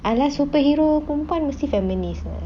I like superhero perempuan mesti feminist